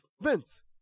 Vince